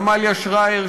עמליה שרייר,